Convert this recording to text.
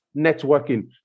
networking